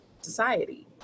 society